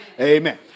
amen